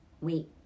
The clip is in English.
wait